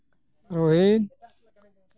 Rahim